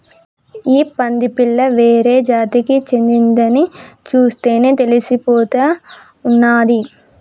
ఈ పంది పిల్ల వేరే జాతికి చెందిందని చూస్తేనే తెలిసిపోతా ఉన్నాది